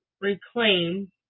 reclaim